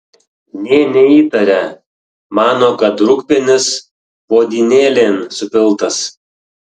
nė neįtaria mano kad rūgpienis puodynėlėn supiltas